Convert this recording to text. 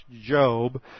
Job